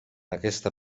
aquesta